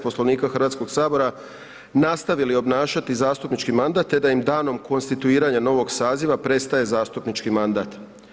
Poslovnika Hrvatskog sabora nastavili obnašati zastupnički mandat te da im danom konstituiranja novog saziva prestaje zastupnički mandat.